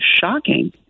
shocking